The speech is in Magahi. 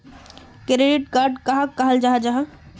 क्रेडिट कार्ड कहाक कहाल जाहा जाहा?